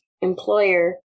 employer